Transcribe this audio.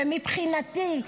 ומבחינתי,